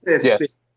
yes